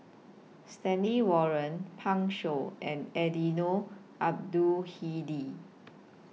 Stanley Warren Pan Shou and Eddino Abdul Hadi